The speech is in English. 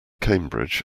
cambridge